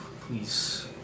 please